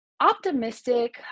Optimistic